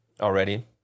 already